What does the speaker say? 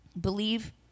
Believe